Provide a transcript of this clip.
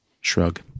Shrug